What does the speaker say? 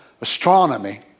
Astronomy